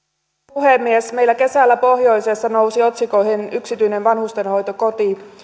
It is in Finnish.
puhemies kesällä meillä pohjoisessa nousi otsikoihin yksityinen vanhustenhoitokoti